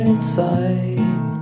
Inside